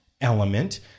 element